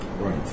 Right